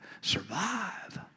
survive